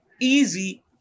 easy